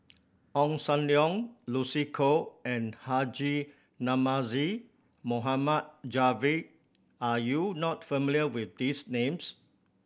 Ong Sam Leong Lucy Koh and Haji Namazie Mohd Javad are you not familiar with these names